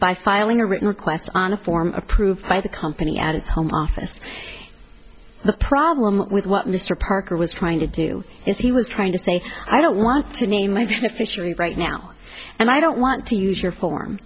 by filing a written request on a form approved by the company at its home office the problem with what mr parker was trying to do is he was trying to say i don't want to name my friend officially right now and i don't want to use your form